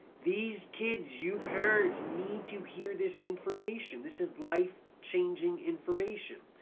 these kids, you parents need to hear this information, this is life-changing information.